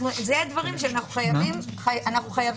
אלה דברים שאנו חייבים להסדיר.